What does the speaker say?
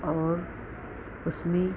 और उसमें